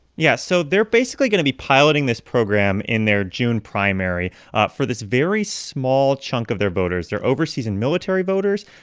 yeah, so they're basically going to be piloting this program in their june primary ah for this very small chunk of their voters. they're overseas and military voters.